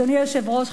אדוני היושב-ראש,